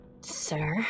sir